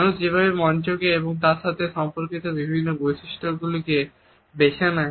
মানুষ যেভাবে মঞ্চকে এবং তার সাথে সম্পর্কিত বিভিন্ন বৈশিষ্ট্যগুলি বেছে নেয়